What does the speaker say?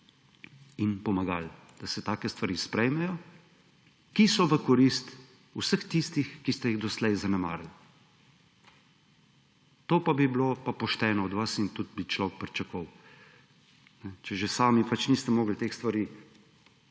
in pomagali, da se take stvari sprejmejo, ki so v korist vseh tistih, ki ste jih doslej zanemarili. To pa bi bilo pošteno od vas in tudi bi človek pričakoval. Če že sami niste mogli teh stvari